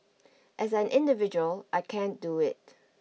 as an individual I can't do it